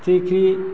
फिथिख्रि